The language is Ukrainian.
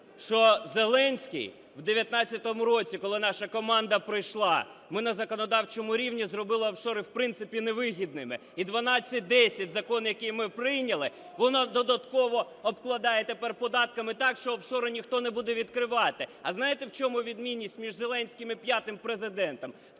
що Зеленський в 2019 році, коли наша команда пройшла, ми на законодавчому рівні зробили офшори, в принципі, невигідними, і 1210 закон, який ми прийняли, воно додатково обкладає тепер податками так, що офшори ніхто не буде відкривати. А знаєте, в чому відмінність між Зеленським і п'ятим Президентом?